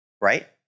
right